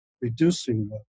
reducing